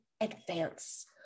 advance